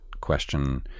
question